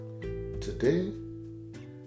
Today